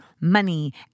money